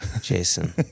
jason